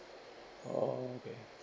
okay